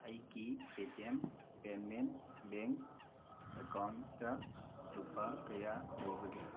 ꯑꯩꯒꯤ Paytm payment bank account ꯂꯨꯄꯥ ꯀꯌꯥ ꯂꯩꯕꯒꯦ